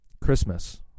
Christmas